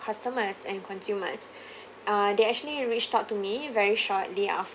customers and consumers uh they actually reached out to me very shortly after